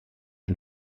und